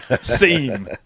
seem